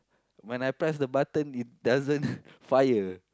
when I press the button it doesn't fire